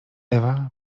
ewa